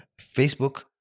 Facebook